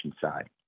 side